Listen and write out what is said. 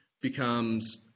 becomes –